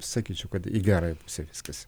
sakyčiau kad į gerąją pusę viskas